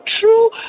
true